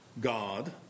God